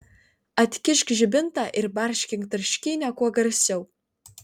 atkišk žibintą ir barškink tarškynę kuo garsiau